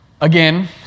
again